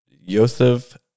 Yosef